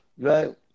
Right